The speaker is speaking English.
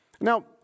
Now